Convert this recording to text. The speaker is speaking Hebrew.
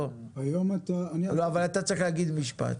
לא, אבל אתה צריך להגיד משפט.